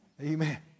Amen